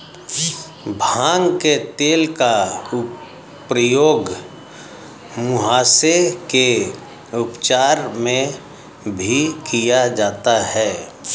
भांग के तेल का प्रयोग मुहासे के उपचार में भी किया जाता है